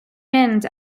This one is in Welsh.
mynd